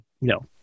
no